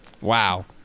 Wow